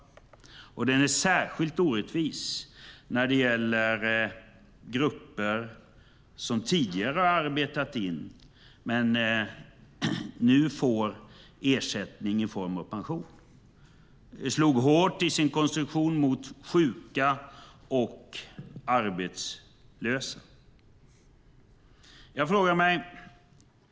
Den är särskilt orättvis när det gäller grupper som tidigare har arbetat in, men nu får ersättning i form av pension. Det slog hårt i sin konstruktion mot sjuka och arbetslösa.